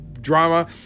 drama